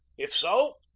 if so,